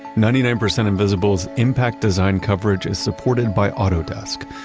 ninety nine percent invisible's impact design coverage is supported by autodesk.